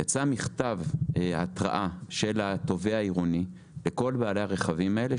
יצא מכתב התראה של התובע העירוני לכל בעלי הרכבים האלה,